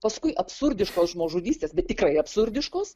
paskui absurdiškos žmogžudystės bet tikrai absurdiškos